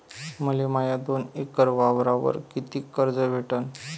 मले माया दोन एकर वावरावर कितीक कर्ज भेटन?